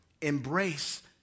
Embrace